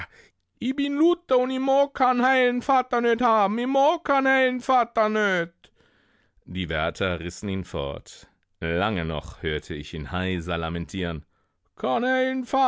vatta nöt die wärter rissen ihn fort lange noch hörte ich ihn heiser lamentieren